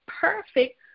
perfect